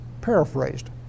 paraphrased